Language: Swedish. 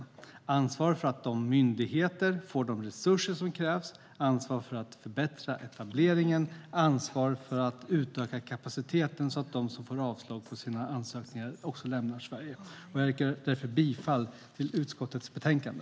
Det är fråga om ansvar för att myndigheter får de resurser som krävs, ansvar för att förbättra etableringen samt ansvar för att utöka kapaciteten så att de som får avslag på sina ansökningar också lämnar Sverige. Jag yrkar därför bifall till förslaget i utskottets betänkande.